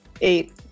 Eight